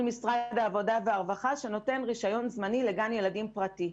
משרד העבודה והרווחה שנותן רישיון זמני לגן ילדים פרטי.